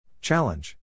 Challenge